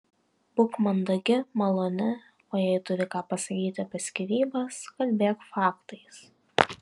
būk mandagi maloni o jei turi ką pasakyti apie skyrybas kalbėk faktais